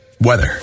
Weather